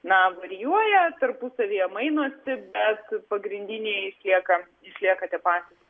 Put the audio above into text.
na varijuoja tarpusavyje mainosi bet pagrindiniai išlieka išlieka tie patys